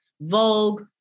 Vogue